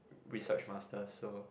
research master so